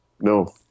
No